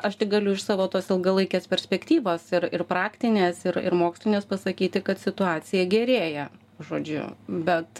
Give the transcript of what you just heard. aš tik galiu iš savo tos ilgalaikės perspektyvos ir ir praktinės ir ir mokslinės pasakyti kad situacija gerėja žodžiu bet